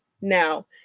now